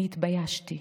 אני התביישתי,